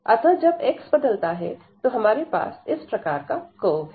अतः जब x बदलता है तो हमारे पास इस प्रकार का कर्व है